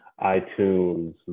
iTunes